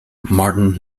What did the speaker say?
martin